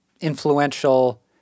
influential